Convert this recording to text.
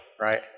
right